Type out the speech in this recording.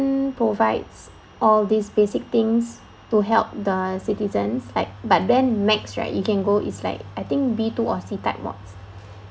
provides all these basic things to help the citizens like but then max right you can go is like I think B two or C type wards